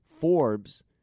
FORBES